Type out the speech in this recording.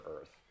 earth